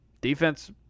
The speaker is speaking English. Defense